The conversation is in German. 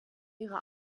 ihre